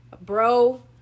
bro